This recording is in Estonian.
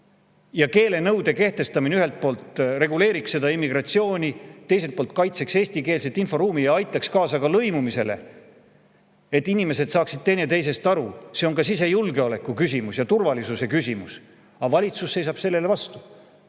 Keelenõude kehtestamine ühelt poolt reguleeriks immigratsiooni, teiselt poolt kaitseks eestikeelset inforuumi ja aitaks kaasa lõimumisele, et inimesed saaksid teineteisest aru. See on ka sisejulgeoleku ja turvalisuse küsimus, aga valitsus seisab sellele vastu.